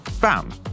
bam